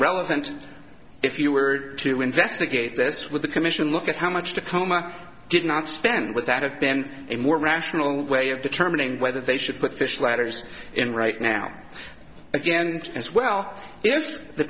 relevant if you were to investigate this with a commission look at how much tacoma did not spend with that have been a more rational way of determining whether they should put fish ladders in right now again as well if the